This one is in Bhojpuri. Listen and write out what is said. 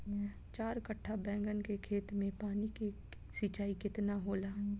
चार कट्ठा बैंगन के खेत में पानी के सिंचाई केतना होला?